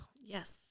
Yes